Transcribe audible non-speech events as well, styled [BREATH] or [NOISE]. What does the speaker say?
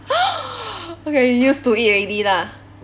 [BREATH] okay you used to it already lah